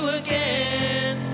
again